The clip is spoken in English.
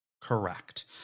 correct